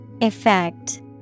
Effect